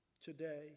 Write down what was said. today